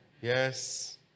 Yes